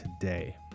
today